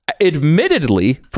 admittedly